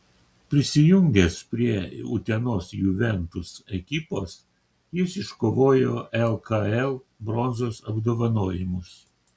prisijungęs prie utenos juventus ekipos jis iškovojo lkl bronzos apdovanojimus